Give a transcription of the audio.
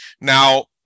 Now